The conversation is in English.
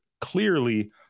clearly